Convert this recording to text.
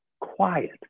quiet